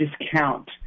discount